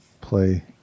play